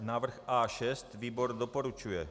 Návrh A6. Výbor doporučuje.